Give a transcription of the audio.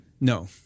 No